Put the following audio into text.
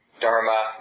Dharma